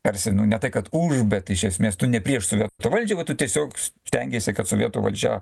tarsi nu ne tai kad už bet iš esmės tu ne prieš sovietų valdžią o tu tiesiog stengiesi kad sovietų valdžia